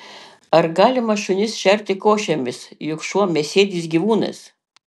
ar galima šunis šerti košėmis juk šuo mėsėdis gyvūnas